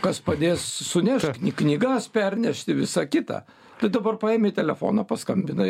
kas padės sunešt knygas pernešti visą kitą tai dabar paėmi telefoną paskambinai